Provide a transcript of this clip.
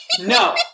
No